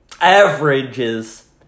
averages